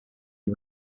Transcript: who